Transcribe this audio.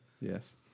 Yes